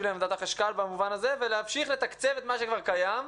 לעמדת החשכ"ל ולהמשיך לתקצב את מה שכבר קיים.